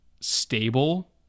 stable